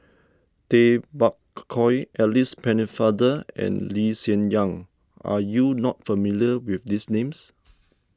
Tay Bak Koi Alice Pennefather and Lee Hsien Yang are you not familiar with these names